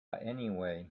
anyway